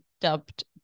dubbed